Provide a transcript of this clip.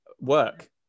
work